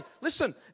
Listen